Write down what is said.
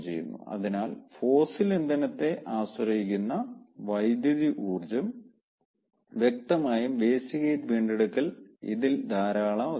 അതിനാൽ ഫോസിൽ ഇന്ധനത്തെ ആശ്രയിക്കുന്ന വൈദ്യുതി ഊർജ്ജം വ്യക്തമായും വേസ്റ്റ് ഹീറ്റ് വീണ്ടെടുക്കാൻ ഇതിൽ ധാരാളം അവസരങ്ങളുണ്ട്